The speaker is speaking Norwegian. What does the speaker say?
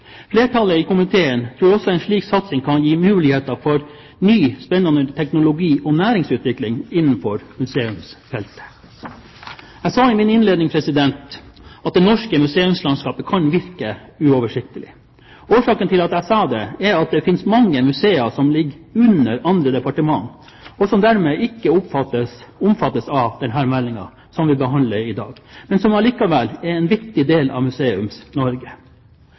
Flertallet i komiteen tror også at en slik satsing kan gi muligheter for ny spennende teknologi- og næringsutvikling innenfor museumsfeltet. Jeg sa i min innledning at det norske museumslandskapet kan virke uoversiktlig. Årsaken til at jeg sa det, er at det finnes mange museer som ligger under andre departementer, og som dermed ikke omfattes av den meldingen som vi behandler i dag, men som allikevel er en viktig del av Museums-Norge. For å få en tydeligere samordning av museums-